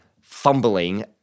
fumbling